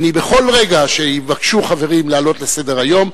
בכל רגע שיבקשו חברים להעלות לסדר-היום,